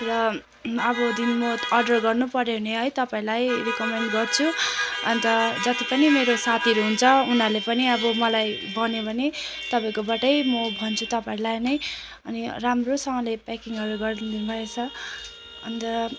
र अबदेखि म अर्डर गर्नुपर्यो भने है तपाईँलाई रिकोमेन्ड गर्छु अन्त जति पनि मेरो साथीहरू हुन्छ उनीहरूले पनि अब मलाई भन्यो भने तपाईँकोबाटै म भन्छु तपाईँलाई नै अनि राम्रोसँगले पेकिङहरू गरिदिई ल्याउनुभएछ अन्त